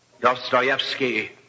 Dostoevsky